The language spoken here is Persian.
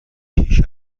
پیش